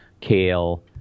kale